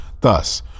Thus